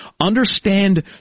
understand